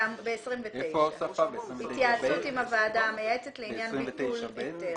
בסעיף 29. התייעצות עם הוועדה המייעצת לעניין ביטול היתר.